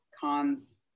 cons